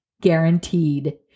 guaranteed